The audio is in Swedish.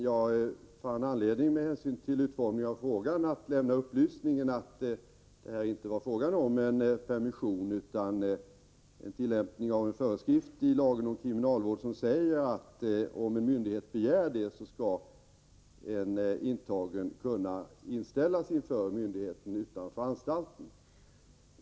Jag fann emellertid med hänsyn till frågans utformning anledning att lämna upplysningen att det här inte var fråga om en permission utan om en tillämpning av en föreskrift i lagen om kriminalvård som säger att en intagen efter myndighets begäran skall kunna inställas inför myndigheten utanför anstalten.